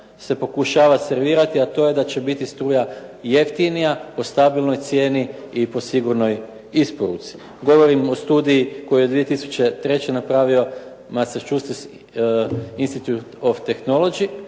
se pokušava servirati, a to je da će biti struja jeftinija, po stabilnoj cijeni i po sigurnoj isporuci. Govorim o studiji koju je 2003. napravio Massachusettes Institute Of Tehnology